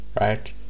right